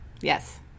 Yes